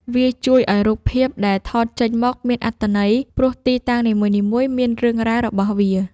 វាជួយឱ្យរូបភាពដែលថតចេញមកមានអត្ថន័យ ព្រោះទីតាំងនីមួយៗមានរឿងរ៉ាវរបស់វា។